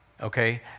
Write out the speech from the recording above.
Okay